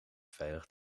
veilig